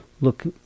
look